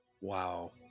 wow